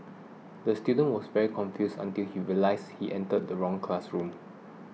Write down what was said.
the student was very confused until he realised he entered the wrong classroom